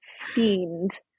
fiend